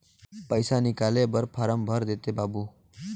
पइसा निकाले बर फारम भर देते बाबु?